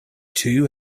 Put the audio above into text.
two